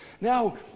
Now